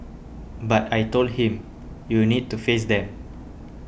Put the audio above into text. but I told him you need to face them